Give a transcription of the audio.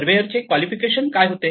surveyor चे qualification काय होते